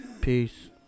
Peace